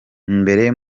imbere